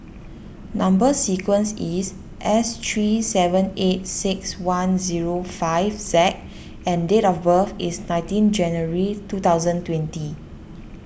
Number Sequence is S three seven eight six one zero five Z and date of birth is nineteen January two thousand twenty